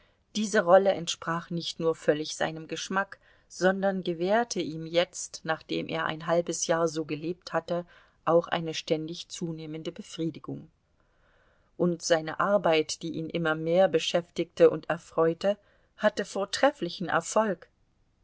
diese rolle entsprach nicht nur völlig seinem geschmack sondern gewährte ihm jetzt nachdem er ein halbes jahr so gelebt hatte auch eine ständig zunehmende befriedigung und seine arbeit die ihn immer mehr beschäftigte und erfreute hatte vortrefflichen erfolg